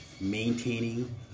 maintaining